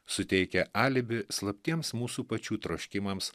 suteikia alibi slaptiems mūsų pačių troškimams